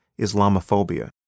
Islamophobia